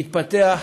מתפתח,